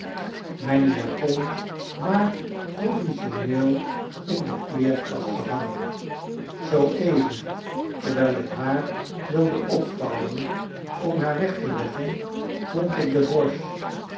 mijne japon maar provisioneel in de kleerkast gehangen zoo even terwijl ik haar wilde opvouwen om haar weg te leggen vond ik de